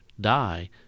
die